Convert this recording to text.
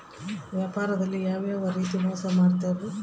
ವ್ಯಾಪಾರದಲ್ಲಿ ಯಾವ್ಯಾವ ರೇತಿ ಮೋಸ ಮಾಡ್ತಾರ್ರಿ?